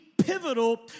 pivotal